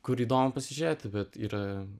kur įdomu pasižiūrėti bet yra